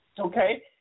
Okay